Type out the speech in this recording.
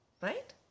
Right